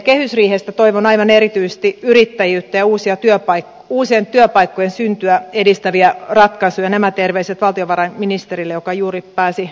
kehysriihestä toivon aivan erityisesti yrittäjyyttä ja uusien työpaikkojen syntyä edistäviä ratkaisuja nämä terveiset valtiovarainministerille joka juuri pääsi lähtemään